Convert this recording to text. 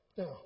Now